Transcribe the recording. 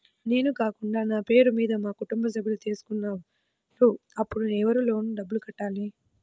నేను కాకుండా నా పేరు మీద మా కుటుంబ సభ్యులు తీసుకున్నారు అప్పుడు ఎవరు లోన్ డబ్బులు కట్టాలి?